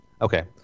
Okay